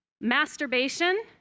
masturbation